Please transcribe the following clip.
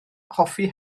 hoffi